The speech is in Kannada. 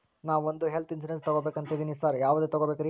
ನಾನ್ ಒಂದ್ ಹೆಲ್ತ್ ಇನ್ಶೂರೆನ್ಸ್ ತಗಬೇಕಂತಿದೇನಿ ಸಾರ್ ಯಾವದ ತಗಬೇಕ್ರಿ?